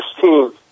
team